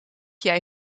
jij